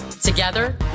Together